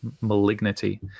malignity